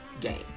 game